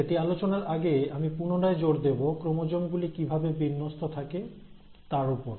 সেটি আলোচনার আগে আমি পুনরায় জোর দেব ক্রোমোজোম গুলি কিভাবে বিন্যস্ত থাকে তার ওপর